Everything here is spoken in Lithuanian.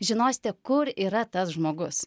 žinosite kur yra tas žmogus